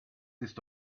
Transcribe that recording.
ist